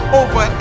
over